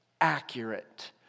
accurate